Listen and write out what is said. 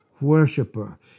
worshiper